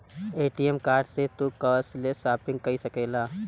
ATM card से तू cashless shopping कई सकेला